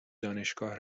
دانشگاه